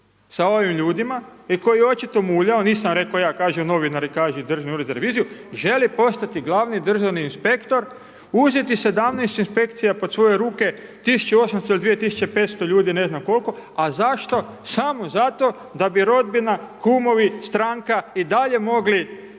sa ovim ljudima i koji očita mulja, nisam rekao ja, kažu novinaru, kaže i državni Ured za reviziju, želi postati glavni državni inspektor, uzeti 17 inspekcija pod svoje ruke, 1800 ili 2500 ljudi, ne znam kol'ko, a zašto?, samo zato da bi rodbina, kumovi, stranka i dalje mogli,